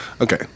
Okay